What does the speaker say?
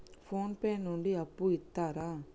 Phone pay నుండి అప్పు ఇత్తరా?